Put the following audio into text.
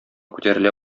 күтәрелә